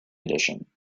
edition